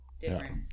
different